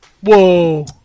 Whoa